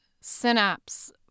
synapse